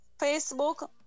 Facebook